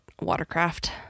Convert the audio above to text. watercraft